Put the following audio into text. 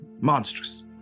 monstrous